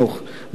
בנוסף,